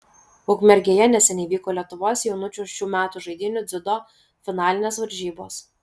ukmergėje neseniai vyko lietuvos jaunučių šių metų žaidynių dziudo finalinės varžybos